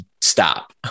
stop